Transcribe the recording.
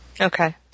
Okay